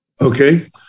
Okay